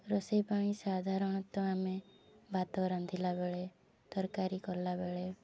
ରୋଷେଇ ପାଣି ସାଧାରଣତଃ ଆମେ ଭାତ ରାନ୍ଧିଲା ବେଳେ ତରକାରୀ କଲାବେଳେ